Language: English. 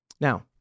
Now